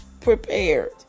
prepared